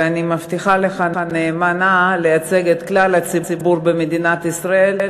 ואני מבטיחה לך נאמנה לייצג את כלל הציבור במדינת ישראל.